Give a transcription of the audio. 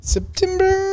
September